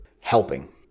helping